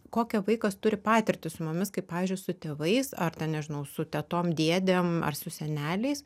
kokią vaikas turi patirtį su mumis kaip pavyzdžiui su tėvais ar ten nežinau su tetom dėdėm ar su seneliais